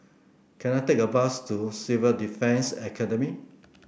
can I take a bus to Civil Defence Academy